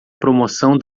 promoção